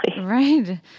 Right